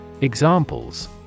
Examples